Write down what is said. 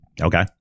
Okay